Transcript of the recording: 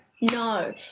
no